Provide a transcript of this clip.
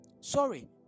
Sorry